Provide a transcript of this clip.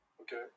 Okay